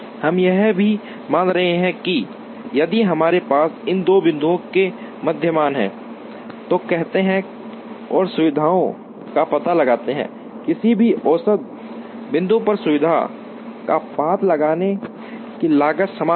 हम यह भी मान रहे हैं कि यदि हमारे पास इन दो बिंदुओं के मध्यमान हैं तो कहते हैं और सुविधाओं का पता लगाते हैं किसी भी औसत बिंदु पर सुविधा का पता लगाने की लागत समान है